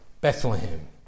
Bethlehem